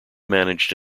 managed